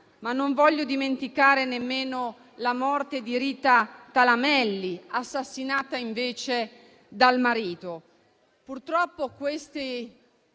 Ma non voglio dimenticare nemmeno la morte di Rita Talamelli, assassinata invece dal marito.